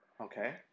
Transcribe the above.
Okay